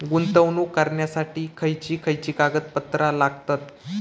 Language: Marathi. गुंतवणूक करण्यासाठी खयची खयची कागदपत्रा लागतात?